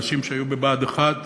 אנשים שהיו בבה"ד 1,